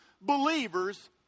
believers